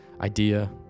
idea